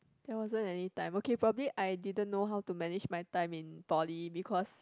there wasn't any time okay probably I didn't know how to manage my time in Poly because